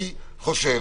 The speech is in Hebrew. אני חושב,